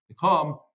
come